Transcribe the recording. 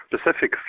specific